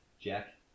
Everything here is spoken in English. Jack